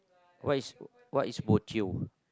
what is what is bojio